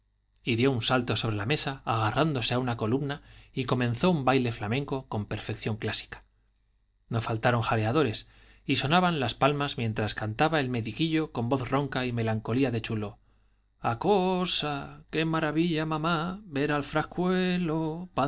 y dio un salto sobre la mesa agarrándose a una columna y comenzó un baile flamenco con perfección clásica no faltaron jaleadores y sonaban las palmas mientras cantaba el mediquillo con voz ronca y melancolía de chulo a coooosa que maravilla mamá ver al